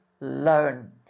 loan